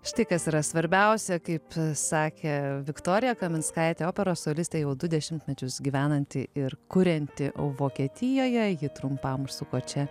štai kas yra svarbiausia kaip sakė viktorija kaminskaitė operos solistė jau du dešimtmečius gyvenanti ir kurianti vokietijoje ji trumpam užsuko čia